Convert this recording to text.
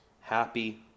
happy